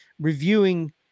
reviewing